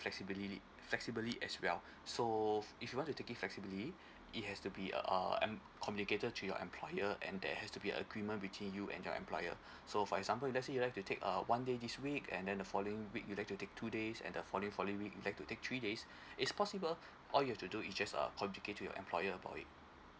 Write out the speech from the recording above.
flexibly it flexibly as well so if you want to take flexibly it has to be uh em~ communicated to your employer and there has to be agreement between you and your employer so for example let's say you would like to take a one day this week and then the following week you'd like to take two days and the following following week you'd like to take three days it's possible all you have to do is just uh communicate to your employer about it